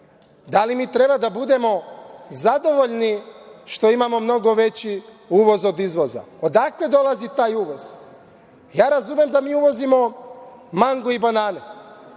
Da li mi treba da budemo zadovoljni što imamo mnogo veći uvoz od izvoza? Odakle dolazi taj uvoz? Ja razumem da mi uvozimo mango i banane,